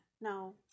No